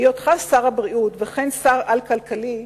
בהיותך שר הבריאות וכן שר-על כלכלי,